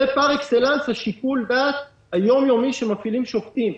זה פר אקסלנס שיקול הדעת היום-יומי שמפעילים שופטים.